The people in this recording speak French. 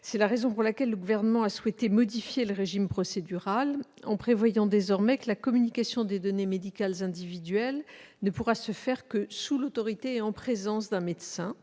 C'est la raison pour laquelle le Gouvernement a souhaité modifier le régime procédural en prévoyant désormais que la communication des données médicales individuelles ne pourra se faire que sous l'autorité et en présence d'un médecin.